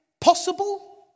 possible